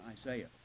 Isaiah